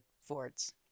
Fords